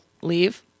leave